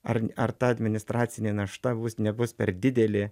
ar ar ta administracinė našta nebus per didelė